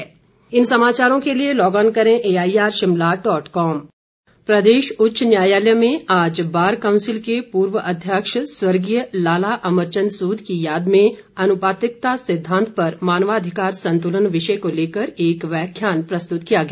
व्याख्यान प्रदेश उच्च न्यायालय में आज बार कांउसिल के पूर्व अध्यक्ष स्वर्गीय लाला अमरचंद सूद की याद में अनुपातिकता सिद्धांत पर मानवाधिकार संतुलन विषय को लेकर व्याख्यान प्रस्तुत किया गया